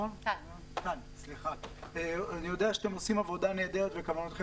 אני יודע שאתם עושים עבודה נהדרת וכוונתכם